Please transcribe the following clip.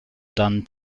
done